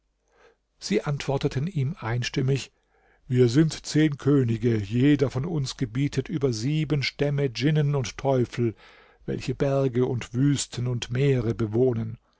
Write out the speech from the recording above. sie antworteten ihm einstimmig wir sind zehn könige jeder von uns gebietet über sieben stämme djinnen und teufel welche berge und wüsten und meere bewohnen